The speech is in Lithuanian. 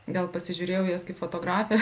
gal pasižiūrėjau į jas kaip fotografė